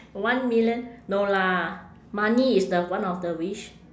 one million no lah money is the one of the wish